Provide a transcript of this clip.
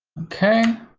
okay.